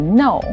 no